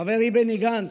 חברי בני גנץ,